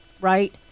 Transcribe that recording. right